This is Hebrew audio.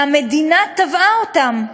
והמדינה תבעה אותם.